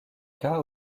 cas